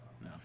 No